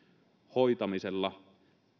hoitamisella